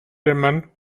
dimmen